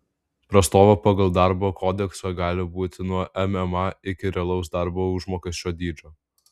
prastova pagal darbo kodeksą gali būti nuo mma iki realaus darbo užmokesčio dydžio